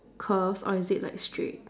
curves or is it like straight